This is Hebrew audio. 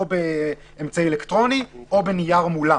או באמצעי אלקטרוני או בנייר מולם.